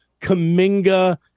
Kaminga